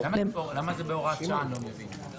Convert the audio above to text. אני לא מבין,